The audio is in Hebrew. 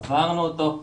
עברנו אותו,